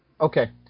Okay